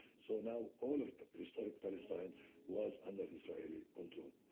so now, all of historic palestine was under israeli control.